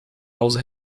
aos